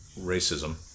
Racism